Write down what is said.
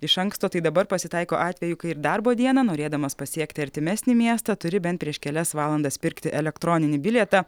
iš anksto tai dabar pasitaiko atvejų kai ir darbo dieną norėdamas pasiekti artimesnį miestą turi bent prieš kelias valandas pirkti elektroninį bilietą